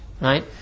right